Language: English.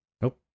Nope